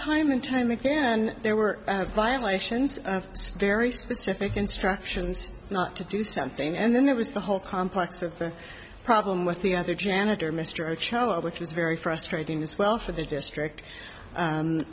time and time again there were at violations of sv very specific instructions not to do something and then there was the whole complex of the problem with the other janitor mr cho of which was very frustrating as well for the district